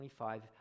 25